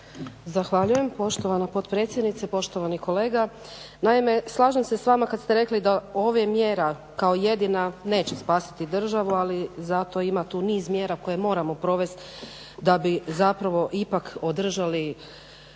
Zahvaljujem poštovana potpredsjednice. Poštovani kolega, naime slažem se s vama kad ste rekli da ova mjera kao jedina neće spasiti državu, ali zato ima tu niz mjera koje moramo provesti da bi zapravo ipak održali